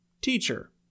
Teacher